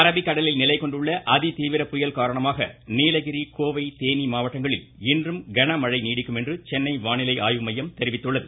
அரபிக்கடலில் நிலைகொண்டுள்ள அதி தீவிர புயல் காரணமாக நீலகிரி கோவை தேனி மாவட்டங்களில் இன்றும் கனமழை நீடிக்கும் என சென்னை வானிலை ஆய்வு மையம் தெரிவித்துள்ளது